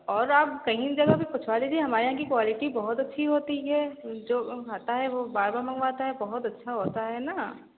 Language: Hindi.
और आप कहीं जगह भी पूछवा लीजिए हमारे यहाँ की क्वालिटी बहुत अच्छी होती है जो खाता है वह बार बार मंगवाता है बहुत अच्छा होता है ना